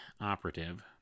operative